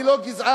אני לא גזען.